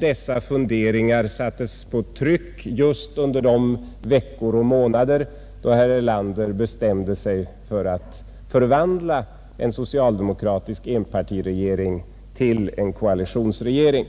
Dessa funderingar gavs också ut i tryck just under de veckor och månader då herr Erlander bestämde sig för att förvandla en socialdemokratisk enpartiregering till en koalitionsregering.